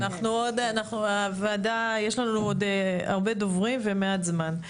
יש לנו בוועדה עוד הרבה דוברים ומעט זמן.